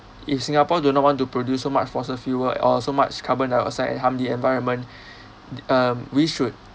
if singapore do not want to produce so much fossil fuel or so much carbon dioxide and harm the environment um we should